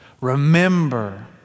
Remember